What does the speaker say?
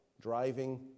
driving